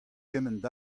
kement